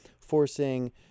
forcing